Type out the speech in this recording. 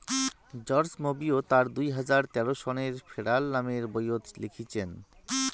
George মবিয় তার দুই হাজার তেরো সনের ফেরাল নামের বইয়ত লিখিচেন